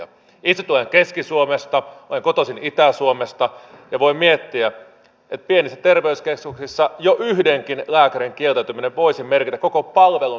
itse tulen keski suomesta olen kotoisin itä suomesta ja voin miettiä että pienissä terveyskeskuksissa jo yhdenkin lääkärin kieltäytyminen voisi merkitä koko palvelun lakkauttamista